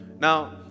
Now